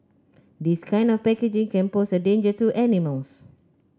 this kind of packaging can pose a danger to animals